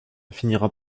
finira